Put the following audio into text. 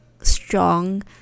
strong